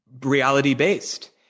reality-based